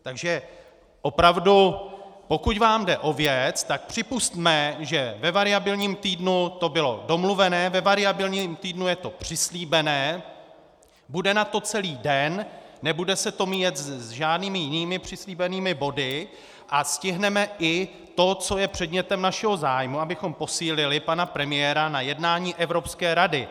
Takže opravdu, pokud vám jde o věc, tak připusťme, že ve variabilním týdnu to bylo domluvené, ve variabilním týdnu je to přislíbené, bude na to celý den, nebude se to míjet s žádnými jinými přislíbenými body a stihneme i to, co je předmětem našeho zájmu, abychom posílili pana premiéra na jednání Evropské rady.